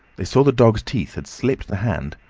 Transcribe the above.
they saw the dog's teeth had slipped the hand,